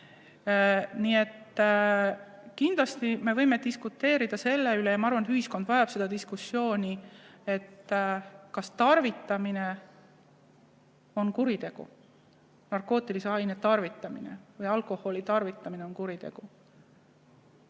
Aga kindlasti me võime diskuteerida selle üle. Ma arvan, et ühiskond vajab diskussiooni, kas tarvitamine on kuritegu, kas narkootilise aine tarvitamine või alkoholi tarvitamine on kuritegu.